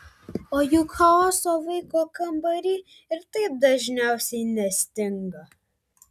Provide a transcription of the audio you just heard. o juk chaoso vaiko kambary ir taip dažniausiai nestinga